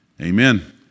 amen